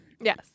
Yes